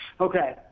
Okay